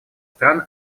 стран